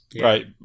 Right